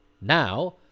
now